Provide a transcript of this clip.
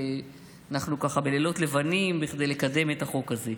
אנחנו ככה בלילות לבנים כדי לקדם את החוק הזה.